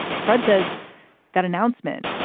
fred says that announcement,